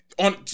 On